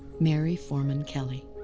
mary foreman kelly.